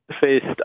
faced